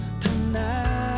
tonight